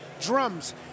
drums